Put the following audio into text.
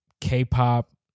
K-pop